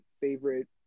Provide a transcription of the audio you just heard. favorite